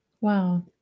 wow